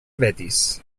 betis